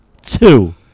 two